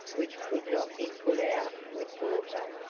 which could not be put out with water,